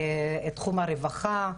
תחום הרווחה,